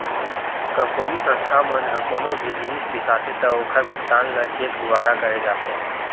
company, संस्था मन ह कोनो भी जिनिस बिसाथे त ओखर भुगतान ल चेक दुवारा करे जाथे